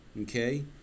Okay